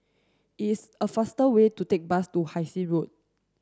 is a faster way to take bus to Hai Sing Road